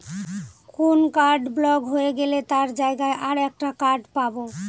কোন card block হয়ে গেলে তার জায়গায় আর একটা কার্ড পাবো